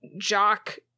jock